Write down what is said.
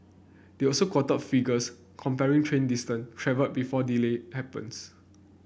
they also quoted figures comparing train distance travelled before delay happens